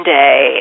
day